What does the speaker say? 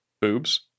boobs